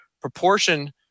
proportion